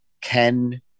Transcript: ken